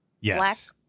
yes